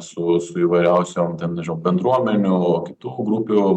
su su įvairiausiom ten nežinau bendruomenių kitų grupių